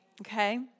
Okay